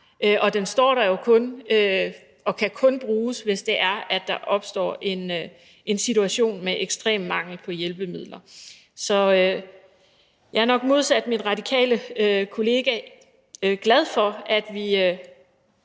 og den kan jo kun bruges, hvis der opstår en situation med ekstrem mangel på hjælpemidler. Så jeg er nok modsat min radikale kollega glad for, at vi